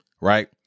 right